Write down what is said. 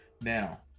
now